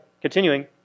Continuing